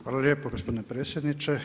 Hvala lijepo gospodine predsjedniče.